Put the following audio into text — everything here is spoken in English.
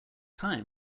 time